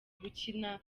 gukina